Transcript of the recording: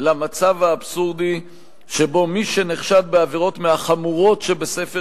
למצב האבסורדי שבו מי שנחשד בעבירות מהחמורות שבספר